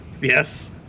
Yes